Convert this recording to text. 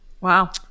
Wow